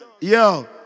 Yo